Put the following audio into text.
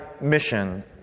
Mission